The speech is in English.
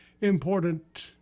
important